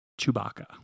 Chewbacca